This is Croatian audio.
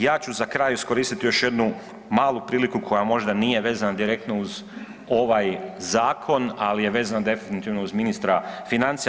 Ja ću za kraj iskoristiti još jednu malu priliku koja možda nije vezana direktno uz ovaj zakon, ali je vezan definitivno uz ministra financija.